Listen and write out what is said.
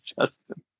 Justin